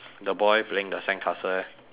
the boy playing the sandcastle eh